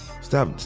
Stop